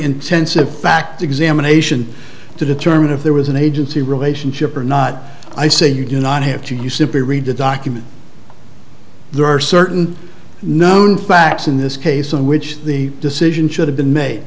intensive fact examination to determine if there was an agency relationship or not i say you do not have to you simply read the documents there are certain known facts in this case in which the decision should have been made